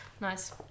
nice